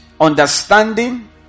understanding